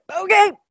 okay